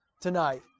tonight